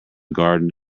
garden